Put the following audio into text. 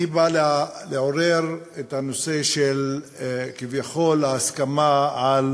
אני בא לעורר את הנושא של, כביכול, ההסכמה על